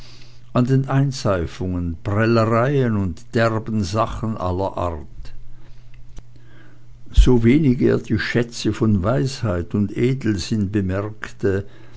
an den einseifungen prellereien und derben sachen aller art sowenig er die schätze von weisheit und edelsinn bemerkte